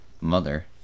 mother